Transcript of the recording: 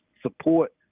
support